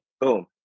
Boom